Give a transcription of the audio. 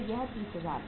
यह 30000 है